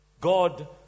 God